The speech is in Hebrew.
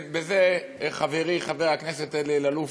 בזה, חברי, חבר הכנסת אלי אלאלוף,